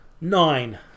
nine